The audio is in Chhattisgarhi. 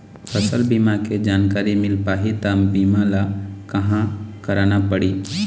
फसल बीमा के जानकारी मिल पाही ता बीमा ला कहां करना पढ़ी?